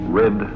red